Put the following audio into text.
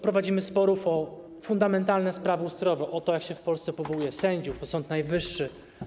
Prowadzimy dużo sporów o fundamentalne sprawy ustrojowe, o to, jak się w Polsce powołuje sędziów, o Sąd Najwyższy.